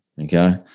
okay